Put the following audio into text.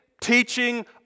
teaching